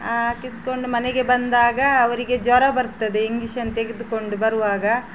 ಹಾಕಿಸ್ಕೊಂಡು ಮನೆಗೆ ಬಂದಾಗ ಅವರಿಗೆ ಜ್ವರ ಬರ್ತದೆ ಇಂಗೀಶನ್ ತೆಗೆದುಕೊಂಡು ಬರುವಾಗ